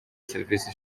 serivisi